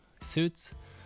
suits